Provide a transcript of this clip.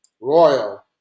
Royal